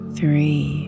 three